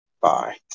Bye